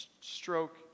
stroke